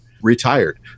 retired